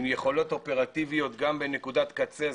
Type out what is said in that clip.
עם יכולות אופרטיביות גם בנקודת קצה.